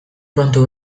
kontu